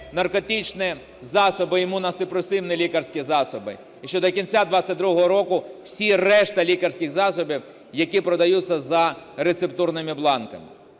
наркотичні засоби, імуносупресивні лікарські засоби, і що до кінця 2022 року всі решта лікарських засобів, які продають за рецептурними бланками.